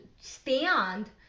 stand